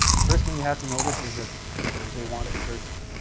first thing you have to notice is that they want a person.